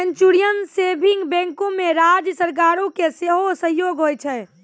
mutual saving बैंको मे राज्य सरकारो के सेहो सहयोग होय छै